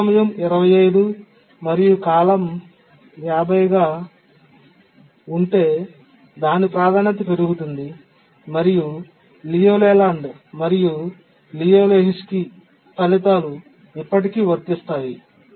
అమలు సమయం 25 మరియు కాలం 50 గా ఉంటే దాని ప్రాధాన్యత పెరుగుతుంది మరియు లియు లేలాండ్ మరియు లియు లెహోజ్కీ ఫలితాలు ఇప్పటికీ వర్తిస్తాయి